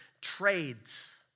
trades